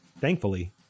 Thankfully